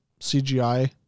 CGI